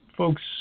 Folks